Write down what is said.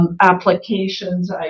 applications